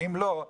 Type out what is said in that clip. ואם לא,